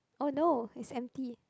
oh no it's empty